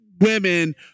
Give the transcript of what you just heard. women